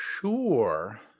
Sure